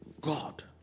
God